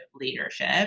leadership